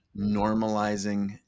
normalizing